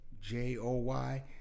J-O-Y